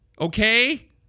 Okay